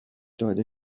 داده